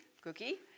cookie